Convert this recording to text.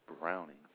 Browning